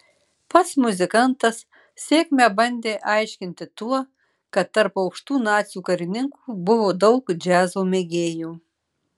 pats muzikantas sėkmę bandė aiškinti tuo kad tarp aukštų nacių karininkų buvo daug džiazo mėgėjų